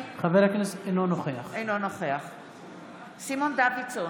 אינו נוכח סימון דוידסון,